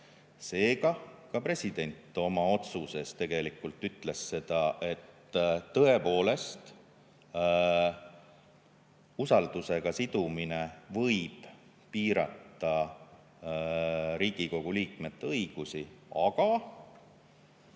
Seega, ka president ütles oma otsuses tegelikult seda, et tõepoolest, usaldusega sidumine võib piirata Riigikogu liikmete õigusi, aga